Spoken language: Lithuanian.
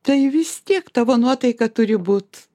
tai vis tiek tavo nuotaika turi būt